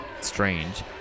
strange